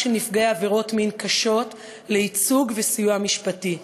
של נפגעי עבירות מין קשות לייצוג ולסיוע משפטי,